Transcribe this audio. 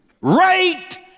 right